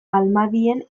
almadien